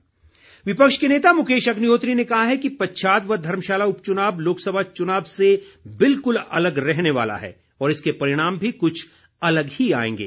अग्निहोत्री विपक्ष के नेता मुकेश अग्निहोत्री ने कहा है कि पच्छाद व धर्मशाला उपच्नाव लोकसभा च्नाव से बिल्कुल अलग रहने वाला है और इसके परिणाम भी कुछ अलग ही आएंगे